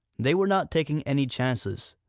they were not taking any chances.